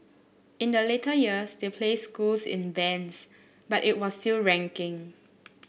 in the later years they place schools in bands but it was still ranking